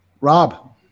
rob